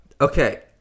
Okay